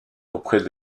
auprès